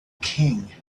king